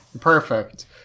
perfect